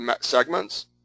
segments